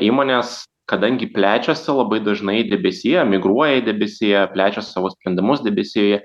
įmonės kadangi plečiasi labai dažnai debesyje migruoja į debesiją plečia savo sprendimus debesijoe